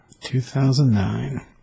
2009